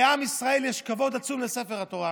לעם ישראל יש כבוד עצום לספר התורה.